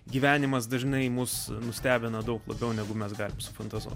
gyvenimas dažnai mus nustebina daug labiau negu mes galime fantazuoti